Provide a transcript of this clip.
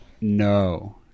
No